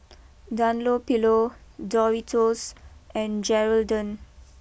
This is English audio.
Dunlopillo Doritos and Geraldton